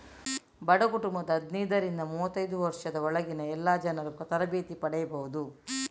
ಬಡ ಕುಟುಂಬದ ಹದಿನೈದರಿಂದ ಮೂವತ್ತೈದು ವರ್ಷದ ಒಳಗಿನ ಎಲ್ಲಾ ಜನರೂ ತರಬೇತಿ ಪಡೀಬಹುದು